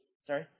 sorry